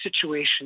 situation